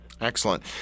Excellent